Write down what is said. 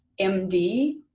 MD